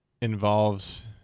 involves